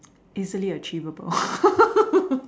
easily achievable